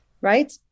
right